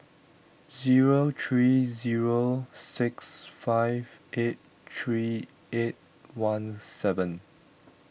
zero three zero six five eight three eight one seven